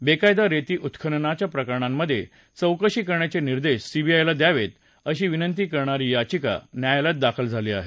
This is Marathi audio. बेकायदा रेती उत्खननाच्या प्रकरणांमधे चौकशी करण्याचे निर्देश सीबीआयला द्यावेत अशी विनंती करणारी याचिका न्यायालयात दाखल झाली आहे